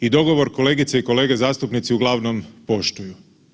I dogovor kolegice i kolege zastupnici uglavnom poštuju.